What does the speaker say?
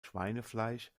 schweinefleisch